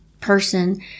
person